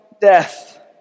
death